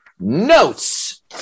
notes